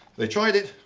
they tried it,